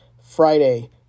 Friday